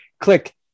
click